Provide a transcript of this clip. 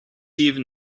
even